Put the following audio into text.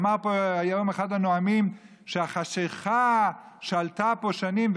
אמר פה היום אחד הנואמים שהחשכה שעלתה פה שנים,